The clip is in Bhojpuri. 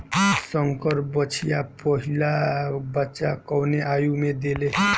संकर बछिया पहिला बच्चा कवने आयु में देले?